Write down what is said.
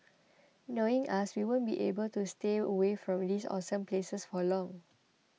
knowing us we won't be able to stay away from these awesome places for long